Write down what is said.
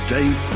Dave